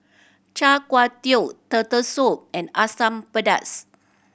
Char Kway Teow Turtle Soup and Asam Pedas